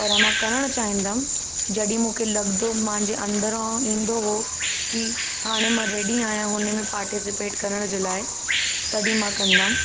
पर करणु चाहींदमि जॾहिं मूंखे लॻंदो मुंहिंजे अंदरो ईंदो हो कि हाणे मां रेडी आहियां हुन में पार्टीसिपेट करण जे लाइ तॾहिं मां कंदमि